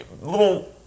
little